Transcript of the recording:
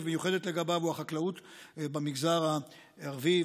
מיוחדת לגביו הוא החקלאות במגזר הערבי,